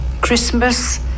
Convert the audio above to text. Christmas